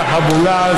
תחבולה,